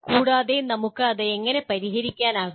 കൂടാതെ നമുക്ക് ഇത് എങ്ങനെ പരിഹരിക്കാനാകും